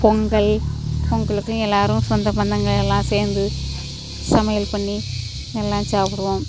பொங்கல் பொங்கலுக்கும் எல்லோரும் சொந்தபந்தங்கள் எல்லாம் சேர்ந்து சமையல் பண்ணி எல்லாம் சாப்பிடுவோம்